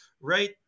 right